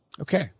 okay